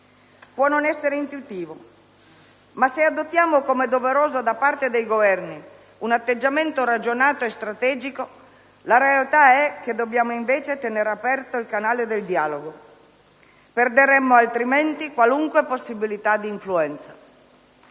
Può non essere intuitivo; ma se adottiamo, come è doveroso da parte dei Governi, un atteggiamento ragionato e strategico, la realtà è che dobbiamo invece tenere aperto il canale del dialogo. Perderemmo, altrimenti, qualunque possibilità di influenza.